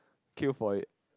queue for it